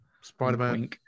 Spider-Man